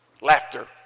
Laughter